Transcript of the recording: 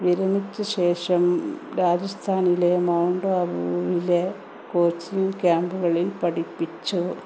വിരമിച്ച ശേഷം രാജസ്ഥാനിലെ മൗണ്ട് അബുവിലെ കോച്ചിംഗ് ക്യാമ്പുകളിൽ പഠിപ്പിച്ചു